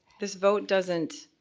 this vote doesn't